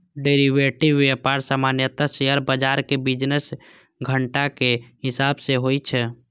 derivative व्यापार सामान्यतः share बाजार के बिजनेस घंटाक हिसाब सं होइ छै